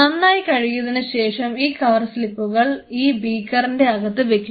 നന്നായി കഴുകിയതിനുശേഷം ഈ കവർ സ്ലിപ്പുകൾ ഈ ബീക്കറിന്റെ അകത്ത് വെക്കുക